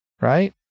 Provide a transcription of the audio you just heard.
right